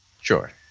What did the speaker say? Sure